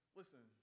listen